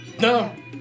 No